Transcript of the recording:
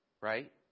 Right